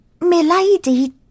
milady